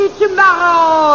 tomorrow